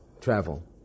travel